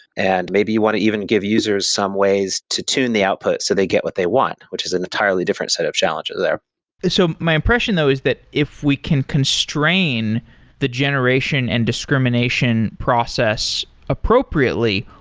and maybe you want to even give users some ways to tune the output so they get what they want, which is an entirely different set of challenges there so my impression though is that if we can constrain the generation and discrimination process appropriately,